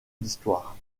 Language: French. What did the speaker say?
d’histoire